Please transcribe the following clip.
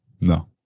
No